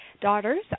daughters